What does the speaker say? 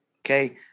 Okay